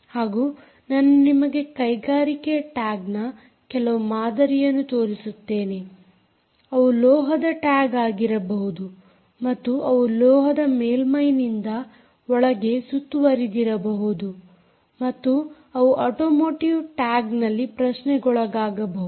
ಹಾಗೂ ನಾನು ನಿಮಗೆ ಕೈಗಾರಿಕೆ ಟ್ಯಾಗ್ನ ಕೆಲವು ಮಾದರಿಯನ್ನು ತೋರಿಸುತ್ತೇನೆ ಅವು ಲೋಹದ ಟ್ಯಾಗ್ ಆಗಿರಬಹುದು ಮತ್ತು ಅವು ಲೋಹದ ಮೇಲ್ಮೈನಿಂದ ಒಳಗಡೆ ಸುತ್ತುವರಿದಿರಬಹುದು ಮತ್ತು ಅವು ಆಟೋ ಮೋಟಿವ್ ಟ್ಯಾಗ್ನಲ್ಲಿ ಪ್ರಶ್ನೆಗೊಳಗಾಗಬಹುದು